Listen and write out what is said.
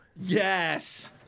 Yes